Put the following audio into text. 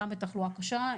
גם בתחלואה קשה.